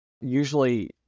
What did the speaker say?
Usually